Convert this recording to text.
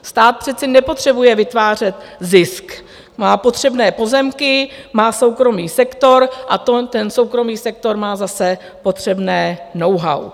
Stát přece nepotřebuje vytvářet zisk, má potřebné pozemky, má soukromý sektor a ten soukromý sektor má zase potřebné knowhow.